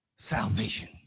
salvation